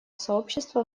сообщество